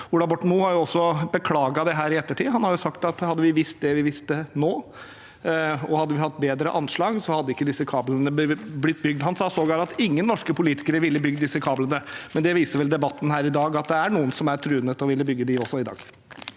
Ola Borten Moe har også beklaget dette i ettertid. Han har sagt at hadde vi visst det vi vet nå, og hadde vi hatt bedre anslag, hadde ikke disse kablene blitt bygd. Han sa sågar at ingen norske politikere ville bygd disse kablene, men debatten her i dag viser vel at det er noen som er troende til å ville bygge dem også i dag.